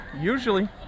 usually